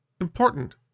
important